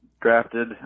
drafted